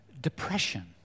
Depression